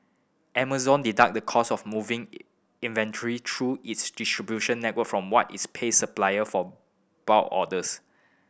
Amazon deduct the cost of moving it inventory through its distribution network from what it's pays supplier from bulk orders